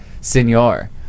senor